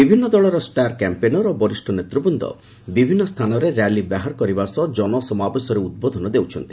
ବିଭିନ୍ନ ଦଳର star campaigner ଓ ବରିଷ୍ଣ ନେତୃବୃନ୍ଦ ବିଭିନ୍ନ ସ୍ଥାନରେ ର୍ୟାଲି ବାହାର କରିବା ସହ ଜନସମାବେଶରେ ଉଦ୍ବୋଧନ ଦେଉଛନ୍ତି